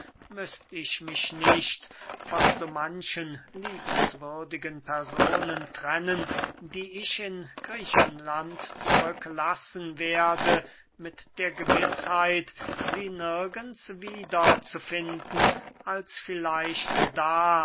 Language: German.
müßt ich mich nicht von so manchen liebenswürdigen personen trennen die ich in griechenland zurücklassen werde mit der gewißheit sie nirgends wieder zu finden als vielleicht da